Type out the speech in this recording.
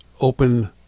open